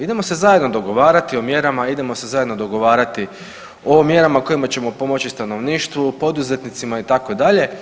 Idemo se zajedno dogovarati o mjerama, idemo se zajedno dogovarati o mjerama kojima ćemo pomoći stanovništvu, poduzetnicima itd.